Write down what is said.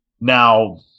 Now